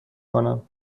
کنم